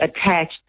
attached